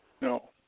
no